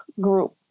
group